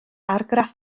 argraff